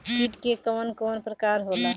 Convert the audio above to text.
कीट के कवन कवन प्रकार होला?